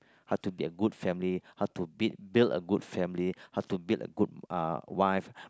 how to be good family how to build build a good family how to build a good uh wife